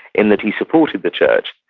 in that he supported the church,